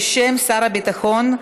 בשם שר הביטחון,